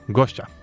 gościa